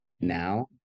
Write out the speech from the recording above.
Now